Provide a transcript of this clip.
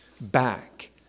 back